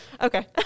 Okay